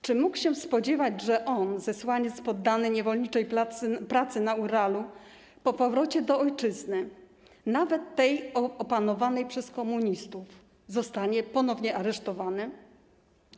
Czy mógł się spodziewać, że on, zesłaniec poddany niewolniczej pracy na Uralu, po powrocie do ojczyzny, nawet tej opanowanej przez komunistów, zostanie ponownie aresztowany?